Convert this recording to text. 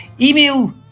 Email